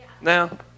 now